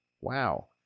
Wow